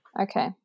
okay